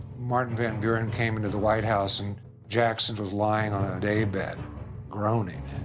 martin van buren, came into the white house, and jackson was lying on a daybed, groaning,